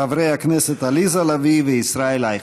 חברי הכנסת עליזה לביא וישראל אייכלר.